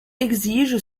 exige